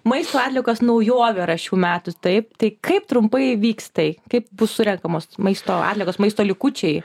maisto atliekos naujuovė yra šių metų taip tai kaip trumpai vyks tai kaip bus surenkamos tos maisto atliekos maisto likučiai